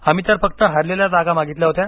आम्हीतर फक्त हरलेल्या जागा मागितल्या होत्या